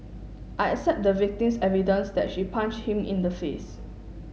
I accept the victim's evidence that she punched him in the face